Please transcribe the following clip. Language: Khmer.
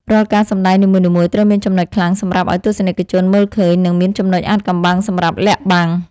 រាល់ការសម្តែងនីមួយៗត្រូវមានចំណុចខ្លាំងសម្រាប់ឱ្យទស្សនិកជនមើលឃើញ និង មានចំណុចអាថ៌កំបាំងសម្រាប់លាក់បាំង។